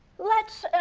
let's.